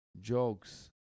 jokes